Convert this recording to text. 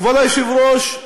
כבוד היושב-ראש,